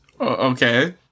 Okay